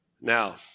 Now